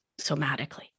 somatically